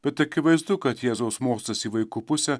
bet akivaizdu kad jėzaus mostas į vaikų pusę